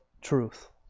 truth